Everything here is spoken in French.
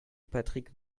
patrick